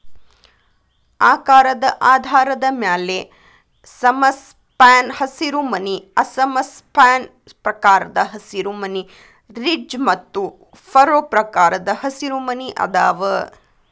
ಆಕಾರದ ಆಧಾರದ ಮ್ಯಾಲೆ ಸಮಸ್ಪ್ಯಾನ್ ಹಸಿರುಮನಿ ಅಸಮ ಸ್ಪ್ಯಾನ್ ಪ್ರಕಾರದ ಹಸಿರುಮನಿ, ರಿಡ್ಜ್ ಮತ್ತು ಫರೋ ಪ್ರಕಾರದ ಹಸಿರುಮನಿ ಅದಾವ